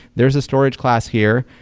there's a storage class here.